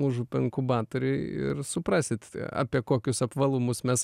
užupio inkubatoriuj ir suprasit apie kokius apvalumus mes